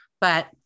but-